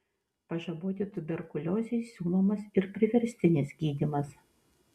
pažaboti tuberkuliozei siūlomas ir priverstinis gydymas